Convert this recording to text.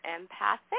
empathic